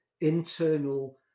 internal